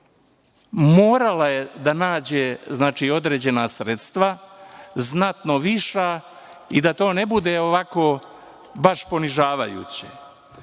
morala da nađe određena sredstva, znatno viša, i da to ne bude ovako baš ponižavajuće. Ako